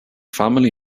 family